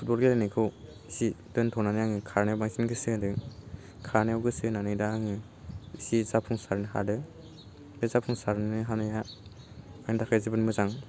football गेलेनायखौ एसे दोथ'नानै खारनायाव बांसिन गोसो होदों खारनायाव गोसो होनानै दा आङो एसे जाफुंसारनो हादों बे जाफुंसारनो हानाया आंनि थाखाय जोबोर मोजां